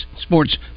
sports